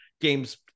games